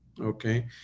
okay